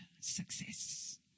success